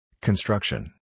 Construction